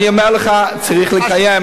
אני אומר לך, צריך לקיים.